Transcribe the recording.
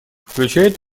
включает